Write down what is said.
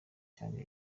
cyane